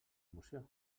moció